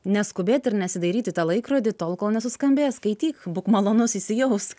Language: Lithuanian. neskubėt ir nesidairyt į tą laikrodį tol kol nesuskambės skaityk būk malonus įsijausk